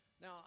Now